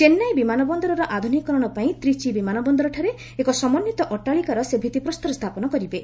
ଚେନ୍ନାଇ ବିମାନବନ୍ଦରର ଆଧୁନିକୀକରଣ ପାଇଁ ତ୍ରିଚି ବିମାନବନ୍ଦରଠାରେ ଏକ ସମନ୍ଧିତ ଅଟାଳିକାର ସେ ଭିଭିପ୍ରସ୍ତର ସ୍ଥାପନ କରିବେ